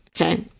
okay